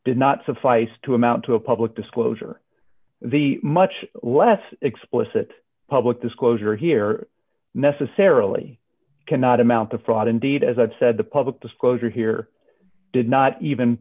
did not suffice to amount to a public disclosure the much less explicit public disclosure here necessarily cannot amount to fraud indeed as i've said the public disclosure here did not even